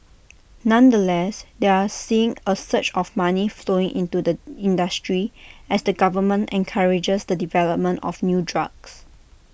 nonetheless they're seeing A surge of money flowing into the industry as the government encourages the development of new drugs